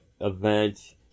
event